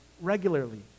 regularly